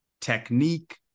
technique